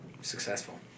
successful